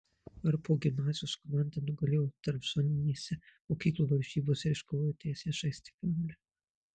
varpo gimnazijos komanda nugalėjo tarpzoninėse mokyklų varžybose ir iškovojo teisę žaisti finale